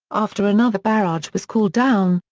after another barrage was called down,